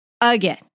Again